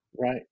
Right